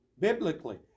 Biblically